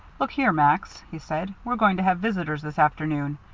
look here, max, he said, we're going to have visitors this afternoon.